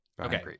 Okay